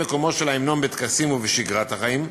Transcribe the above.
בנושא: מקומו של ההמנון בטקסים ובשגרת החיים.